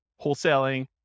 wholesaling